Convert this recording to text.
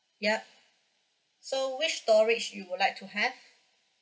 yup so which storage you would like to have